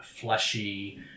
fleshy